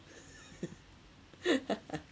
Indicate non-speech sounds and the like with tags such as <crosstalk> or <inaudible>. <laughs> <noise>